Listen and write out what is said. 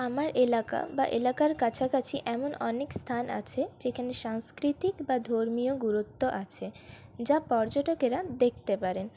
আমার এলাকা বা এলাকার কাছাকাছি এমন অনেক স্থান আছে যেখানে সাংস্কৃতিক বা ধর্মীয় গুরুত্ব আছে যা পর্যটকেরা দেখতে পারেন